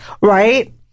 right